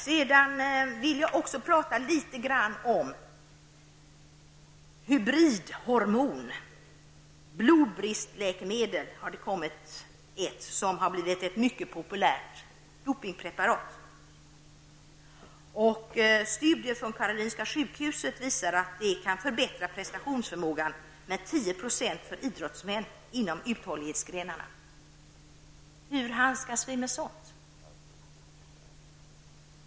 Jag vill också beröra hybridhormoner, dvs. ett blodbristläkemedel som blivit mycket populärt som dopningpreparat. Studier vid Karolinska sjukhuset visar att detta läkemedel kan förbättra prestationsförmågan hos idrottsmän i uthållighetsgrenar med 10 %. Hur skall vi handskas med sådant?